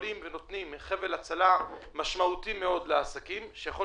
נותנים חבל הצלה משמעותי מאוד לעסקים שיכול